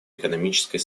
экономической